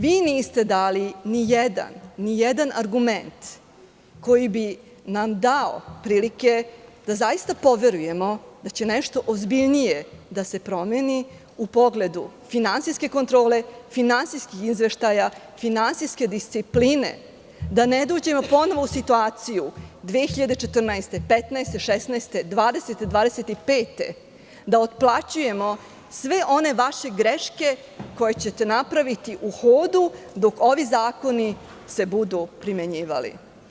Vi niste dali ni jedan argument koji bi nam dao prilike da zaista poverujemo da će nešto ozbiljnije da se promeni u pogledu finansijske kontrole, finansijskih izveštaja, finansijske discipline, da ne dođemo ponovo u situaciju 2014, 2015, 2016, 2020, 2025. godine, da otplaćujemo sve one vaše greške koje ćete napraviti u hodu dok ovi se zakoni budu primenjivali.